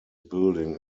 building